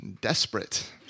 desperate